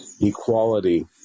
equality